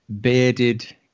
bearded